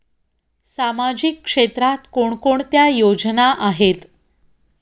सामाजिक क्षेत्रात कोणकोणत्या योजना आहेत?